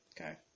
Okay